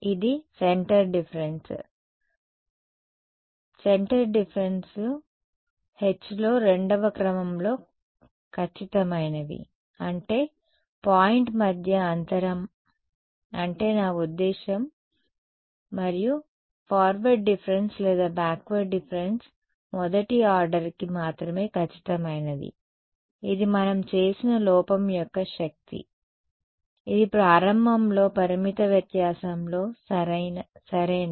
ఇది centre difference centre difference h లో రెండవ క్రమంలో ఖచ్చితమైనవి అంటే పాయింట్ మధ్య అంతరం అంటే నా ఉద్దేశ్యం మరియు ఫార్వర్డ్డిఫరెన్స్ లేదా బ్యాక్వర్డ్ డిఫరెన్స్ మొదటి ఆర్డర్కి మాత్రమే ఖచ్చితమైనది ఇది మనం చేసిన లోపం యొక్క శక్తి ఇది ప్రారంభంలో పరిమిత వ్యత్యాసంలో సరేనా